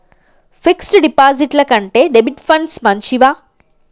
Fix డ్ డిపాజిట్ల కంటే డెబిట్ ఫండ్స్ మంచివా?